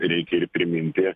reikia ir priminti